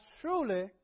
truly